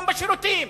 גם בשירותים.